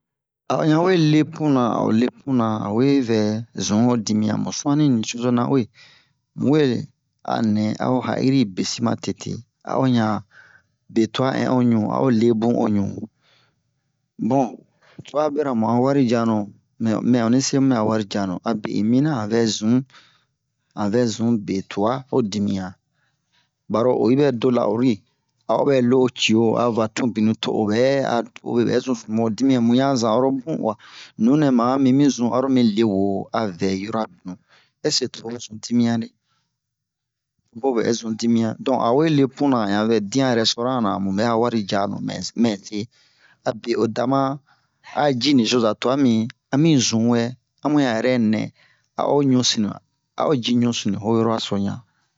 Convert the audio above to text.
Oyiro o dɛ mu a o sɛrojuwa ɛn mide a we ɛn mide mu ɔrɔ ɓɛ'a bebiyan uwe han diya bena ɓa serobiya nɛ damu mube beso wenu mu ho a zaguwari lo zaguwari mibin lo lewopar dɛnɛzi ɓa ɲan mibin lo panda zeyan wo we wemu besosi lo lutre lo sha-forɛsitiye lurse-polɛr ura'utan ɓa ɲan mibin ɓa tɔrti-marine-na ɓa balɛne-ble-ra ɓa a biya nɛ a ɛn mibin mu sin ɓa matete yirawe aba diya ji leɓa abun mɛ fanmuwa ma ɓawe